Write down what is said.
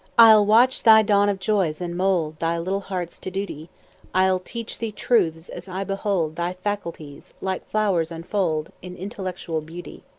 i'll watch thy dawn of joys, and mould thy little hearts to duty i'll teach thee truths as i behold thy faculties, like flowers, unfold in intellectual beauty.